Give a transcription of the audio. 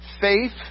faith